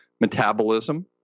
metabolism